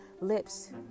lips